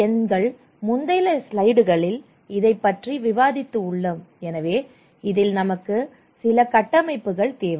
எங்கள் முந்தைய ஸ்லைடுகளில் இதைப் பற்றி விவாதித்து உள்ளோம் எனவே இதில் நமக்கு சில கட்டமைப்புகள் தேவை